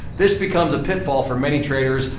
this becomes a pitfall for many traders.